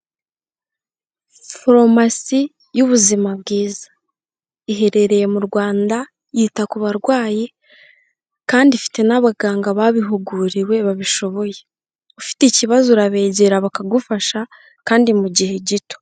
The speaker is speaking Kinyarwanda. Farumasi y'ubuzima bwiza, iherereye mu Rwanda, yita ku barwayi, kandi ifite n'abaganga babihuguriwe babishoboye, ufite ikibazo urabegera bakagufasha, kandi mu gihe gito.